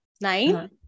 Nine